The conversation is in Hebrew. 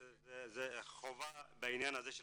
זו חובה בעניין של התעסוקה,